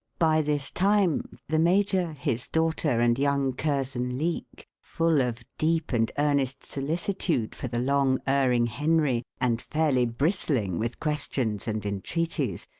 by this time the major, his daughter, and young curzon leake, full of deep and earnest solicitude for the long-erring henry, and fairly bristling with questions and entreaties,